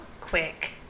quick